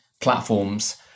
platforms